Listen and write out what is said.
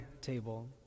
table